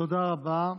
תודה רבה.